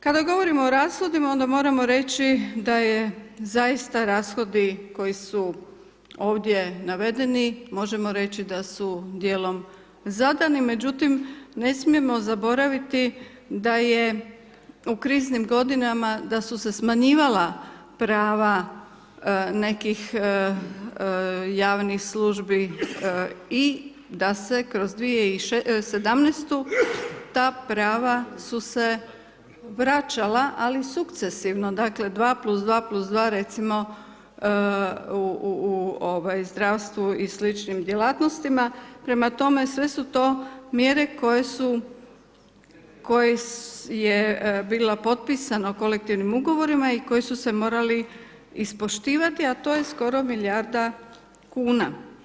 Kad govorimo o rashodima onda moramo reći da je zaista rashodi koji su ovdje navedeni, možemo reći da su dijelom zadani međutim ne smijemo zaboraviti da je u kriznim godinama da su se smanjivala prava nekih javnih službi i da se kroz 2017. ta prava su se vraća ali sukcesivno dakle 2, plus 2, plus 2 recimo u ovaj zdravstvu i sličnim djelatnostima prema tome sve su to mjere koje su koje je bilo potpisano kolektivnim ugovorima i koji su se morali ispoštivati, a to je skoro milijarda kuna.